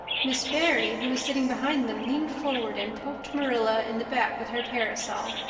miss barry, who was sitting behind them, leaned forward and poked marilla in the back with her parasol.